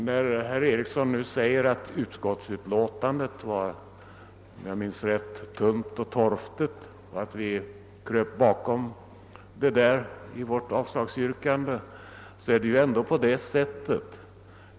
Herr Ericsson sade också, om jag minns rätt, att utskottsutlåtandet var tunt och krystat och att vi vid vårt avslagsyrkande kryper bakom det förhållandet att det pågår en utredning.